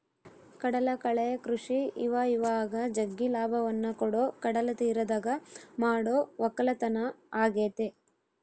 ಕಡಲಕಳೆ ಕೃಷಿ ಇವಇವಾಗ ಜಗ್ಗಿ ಲಾಭವನ್ನ ಕೊಡೊ ಕಡಲತೀರದಗ ಮಾಡೊ ವಕ್ಕಲತನ ಆಗೆತೆ